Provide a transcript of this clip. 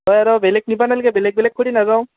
হয় আৰু বেলেগ নিবা নালগে বেলেগ বেলেগ কৰি নাযাওঁ